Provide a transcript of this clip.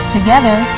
Together